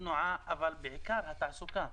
התנועה והתעסוקה.